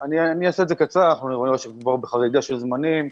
אני אעשה את זה קצר, אנחנו כבר בחריגה של זמנים,